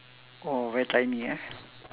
oh very tiny ah